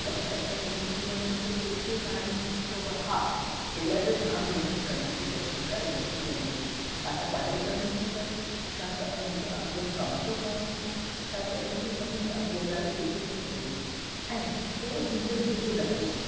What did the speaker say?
अॼु सरकारी नौकरी वारनि खे ख़ुशि बि आहिनि सुठो बि आहे हा पहिरीं त जामु महिनत करिणी थी पए सरकारी नौकरीअ में बि छा त पढ़ाई करिणी थी पए छा त आहे न त अॻियां कम थो करिणो पए छा त इनजी सभीनि में अॻे अॻाड़ी खिचणी पए थी ऐं पोइ ज़िंदगीअ जो ॾाढो सुखु आहे